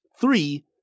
three